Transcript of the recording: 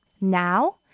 Now